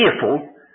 fearful